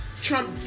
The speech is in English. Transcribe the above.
Trump